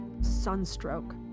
sunstroke